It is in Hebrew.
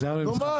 נו מה?